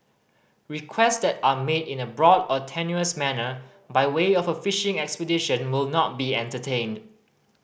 requests that are made in a broad or tenuous manner by way of a fishing expedition will not be entertained